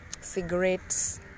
cigarettes